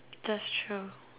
that's true